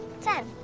Ten